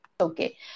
okay